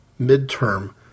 midterm